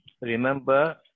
remember